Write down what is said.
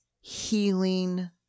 healing